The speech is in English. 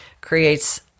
creates